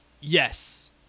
yes